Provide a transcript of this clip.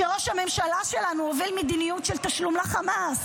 שראש הממשלה שלנו הוביל מדיניות של תשלום לחמאס?